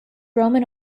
roman